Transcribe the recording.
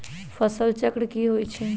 फसल चक्र की होई छै?